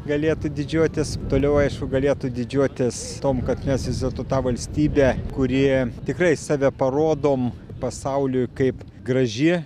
galėtų didžiuotis toliau aišku galėtų didžiuotis tuom kad mes vis dėlto tą valstybę kuri tikrai save parodom pasauliui kaip graži